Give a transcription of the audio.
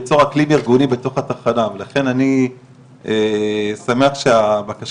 צריך למצוא אקלים ארגוני בתוך התחנה ולכן אני שמח שהבקשה